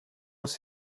was